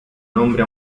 nombre